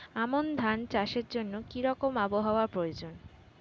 আমন ধান চাষের জন্য কি রকম আবহাওয়া প্রয়োজন?